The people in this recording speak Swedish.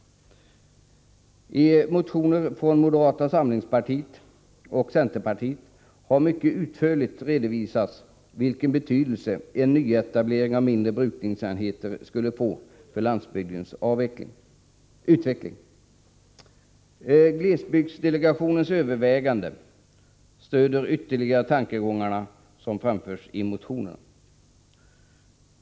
I motioner från moderata samlingspartiet och centerpartiet har det mycket utförligt redovisats vilken betydelse en nyetablering av mindre brukningsenheter skulle få för landsbygdens utveckling. Glesbygdsdelegationens överväganden stöder ytterligare de tankegångar som framförs i motionerna.